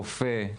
רופא,